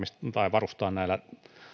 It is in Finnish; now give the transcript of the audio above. varustaa näillä